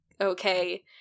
okay